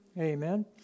Amen